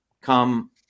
come